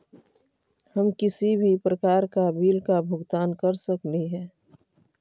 हम किसी भी प्रकार का बिल का भुगतान कर सकली हे?